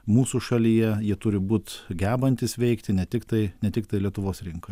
mūsų šalyje jie turi būt gebantys veikti ne tiktai ne tiktai lietuvos rinkoje